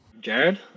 Jared